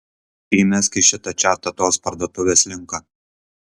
įmesk į šitą čatą tos parduotuvės linką